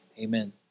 Amen